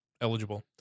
eligible